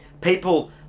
people